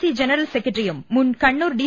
C general സെക്രട്ടറിയും മുൻ Kannur D